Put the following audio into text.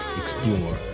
explore